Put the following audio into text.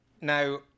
Now